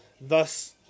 thus